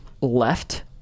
left